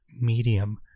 Medium